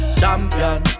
champion